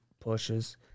pushes